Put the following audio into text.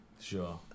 Sure